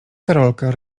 karolka